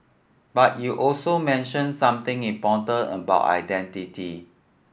but you also mentioned something important about identity